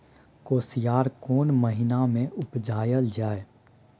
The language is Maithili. कोसयार कोन महिना मे उपजायल जाय?